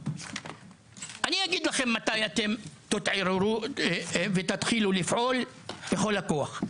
אני אגיד לכם מתי אתם תתעוררו ותתחילו לפעול בכל הכוח,